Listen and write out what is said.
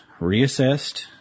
reassessed